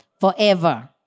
forever